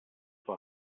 vor